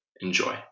Enjoy